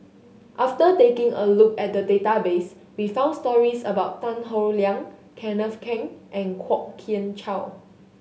after taking a look at the database we found stories about Tan Howe Liang Kenneth Keng and Kwok Kian Chow